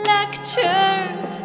Lectures